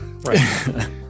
Right